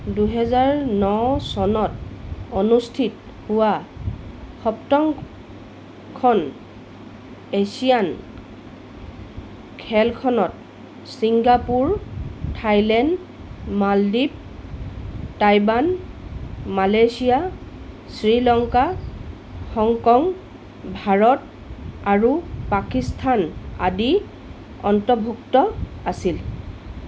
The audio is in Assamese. দুহেজাৰ ন চনত অনুষ্ঠিত হোৱা সপ্তমখন এছিয়ান খেলখনত Singapore Thailand Maldives Taiwan Malaysia Sri Lanka Hong Kong Bharat আৰু পাকিস্তান আদি অন্তৰ্ভূক্ত আছিল